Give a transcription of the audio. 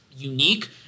unique